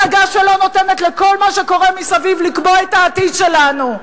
הנהגה שלא נותנת לכל מה שקורה מסביב לקבוע את העתיד שלנו.